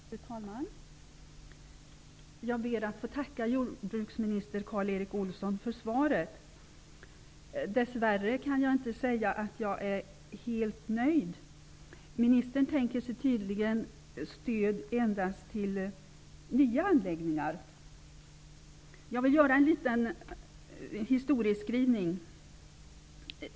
Fru talman! Jag ber att få tacka jordbruksminister Karl Erik Olsson för svaret. Dess värre kan jag inte säga att jag är helt nöjd. Ministern tänker sig tydligen stöd endast till nya anläggningar. Jag vill då göra en liten historieskrivning.